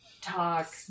talk